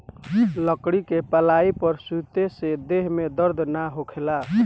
लकड़ी के पलाई पर सुते से देह में दर्द ना होखेला